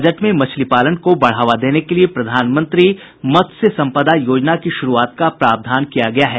budget में मछलीपालन को बढ़ावा देने के लिए प्रधानमंत्री मत्स्य संपदा योजना की शुरूआत का प्रावधान किया गया है